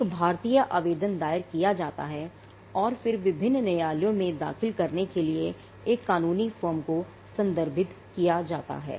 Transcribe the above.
एक भारतीय आवेदन दायर किया जाता है और फिर विभिन्न न्यायालयों में दाखिल करने के लिए एक कानूनी फर्म को संदर्भित किया जाता है